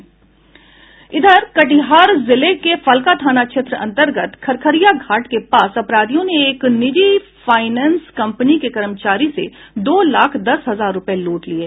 कटिहार जिले के फलका थाना क्षेत्र अंतर्गत खरखरिया घाट के पास अपराधियों ने एक निजी फाईनेंस कंपनी के कर्मचारी से दो लाख दस हजार रूपये लूट लिये